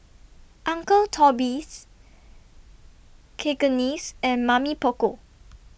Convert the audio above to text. Uncle Toby's Cakenis and Mamy Poko